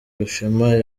rushema